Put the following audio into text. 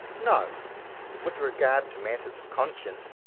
no with regard to matters of conscience,